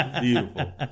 Beautiful